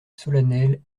solennel